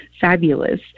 fabulous